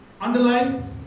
underline